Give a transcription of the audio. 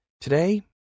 Today